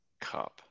Cup